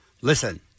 listen